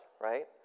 right